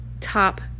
top